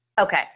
Okay